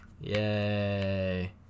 Yay